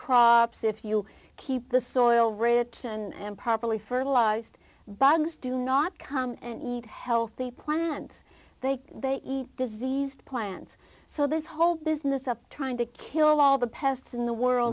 crops if you keep the soil writ and properly fertilized bogs do not come and eat healthy plants think they eat diseased plants so this whole business of trying to kill all the pests in the world